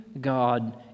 God